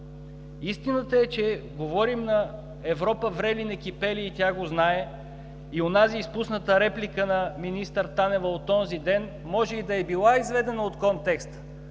Истината е, че говорим на Европа врели-некипели и тя го знае. Онази изпусната реплика на министър Танева от онзи ден, може и да е била изведена от контекста,